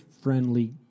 friendly